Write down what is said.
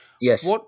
Yes